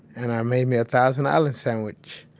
and i made me a thousand island sandwich.